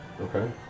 Okay